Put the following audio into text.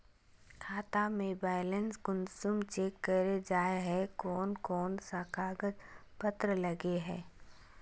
खाता में बैलेंस कुंसम चेक करे जाय है कोन कोन सा कागज पत्र लगे है?